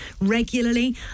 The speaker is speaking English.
regularly